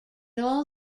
all